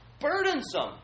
burdensome